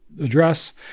address